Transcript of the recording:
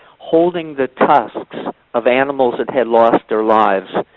holding the tusks of animals that had lost their lives,